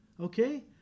okay